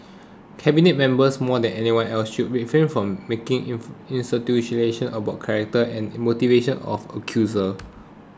cabinet members more than anyone else should refrain from making insinuation about the character and motivation of the accuser